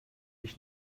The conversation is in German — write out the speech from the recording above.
ich